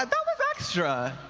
um that was extra.